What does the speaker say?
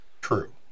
True